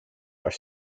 are